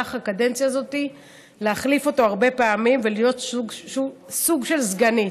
במהלך הקדנציה הזאת להחליף אותו הרבה פעמים ולהיות סוג של סגנית.